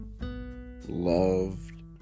loved